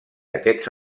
aquests